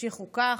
תמשיכו כך.